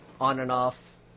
on-and-off